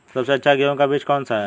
सबसे अच्छा गेहूँ का बीज कौन सा है?